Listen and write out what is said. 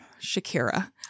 Shakira